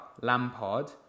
Lampard